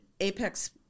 Apex